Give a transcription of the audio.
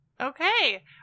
Okay